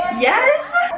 yes!